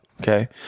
Okay